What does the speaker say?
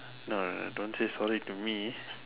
no no no don't say sorry to me